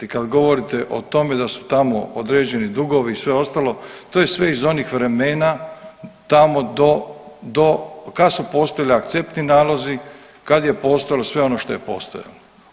Kad govorite o tome da su tamo određeni dugovi i sve ostalo, to je sve iz onih vremena tamo do kad su postojali akceptni nalozi kad je postojalo sve ono što je postojalo.